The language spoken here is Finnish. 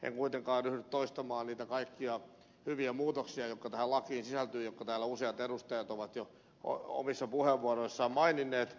en kuitenkaan ryhdy toistamaan niitä kaikkia hyviä muutoksia jotka tähän lakiin sisältyvät ja jotka täällä useat edustajat ovat jo omissa puheenvuoroissaan maininneet